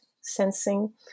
sensing